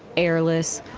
airless,